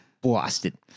Boston